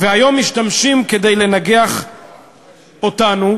והיום משתמשים כדי לנגח אותנו.